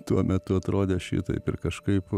tuo metu atrodė šitaip ir kažkaip